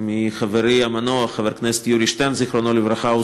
מחברי המנוח, חבר הכנסת יורי שטרן, זיכרונו לברכה.